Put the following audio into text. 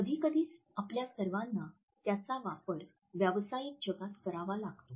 कधीकधी आपल्या सर्वांना त्याचा वापर व्यावसायिक जगात करावा लागतो